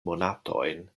monatojn